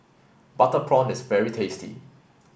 butter prawn is very tasty